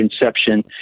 Inception